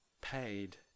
paid